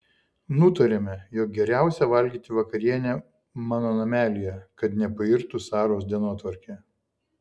nutariame jog geriausia valgyti vakarienę mano namelyje kad nepairtų saros dienotvarkė